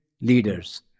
leaders